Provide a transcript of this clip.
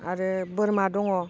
आरो बोरमा दङ